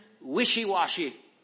wishy-washy